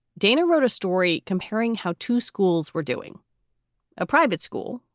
dana wrote a story comparing how two schools were doing a private school.